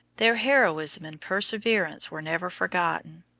their heroism and perseverance were never forgotten.